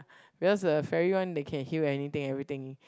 because the ferry one they can heal anything everything